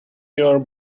your